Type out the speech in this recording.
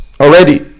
already